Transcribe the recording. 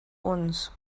uns